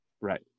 Right